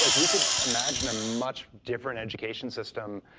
like we could imagine a much different education system.